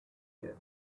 here